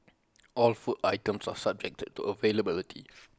all food items are subjected to availability